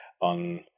on